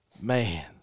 Man